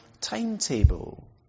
timetable